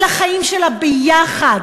על החיים שלה יחד,